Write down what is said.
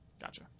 Gotcha